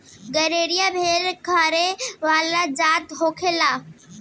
गरेरिया भेड़ रखे वाला जात होला